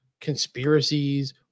conspiracies